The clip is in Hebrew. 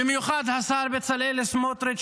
במיוחד השר בצלאל סמוטריץ',